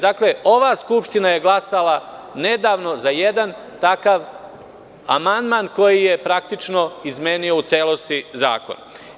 Dakle, ova Skupština je glasala nedavno za jedan takav amandman koji je praktično izmenio u celosti zakon.